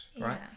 right